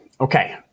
Okay